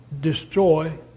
destroy